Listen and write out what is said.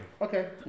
Okay